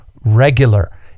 regular